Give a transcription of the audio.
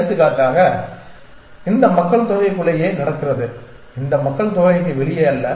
எடுத்துக்காட்டாக இந்த மக்கள்தொகைக்குள்ளேயே நடக்கிறது இந்த மக்கள்தொகைக்கு வெளியே அல்ல